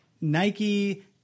Nike